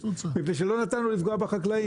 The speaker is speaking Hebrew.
מפני שלא נתנו לפגוע בחקלאים,